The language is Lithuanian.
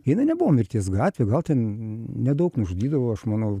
jinai nebuvo mirties gatvė gal ten nedaug nužudydavo aš manau